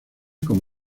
como